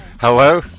Hello